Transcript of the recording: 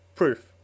Proof